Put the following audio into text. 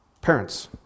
Parents